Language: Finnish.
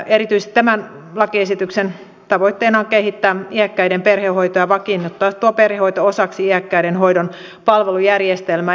erityisesti tämän lakiesityksen tavoitteena on kehittää iäkkäiden perhehoitoa ja vakiinnuttaa perhehoito osaksi iäkkäiden hoidon palvelujärjestelmää